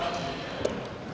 Благодаря